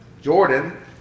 Jordan